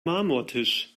marmortisch